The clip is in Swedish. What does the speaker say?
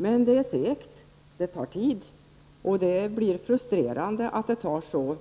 Men det är segt, det tar tid, och det blir frustrerande att det tar så